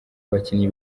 abakinnyi